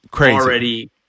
already